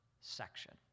section